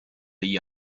degli